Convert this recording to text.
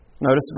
Notice